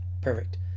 Perfect